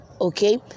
okay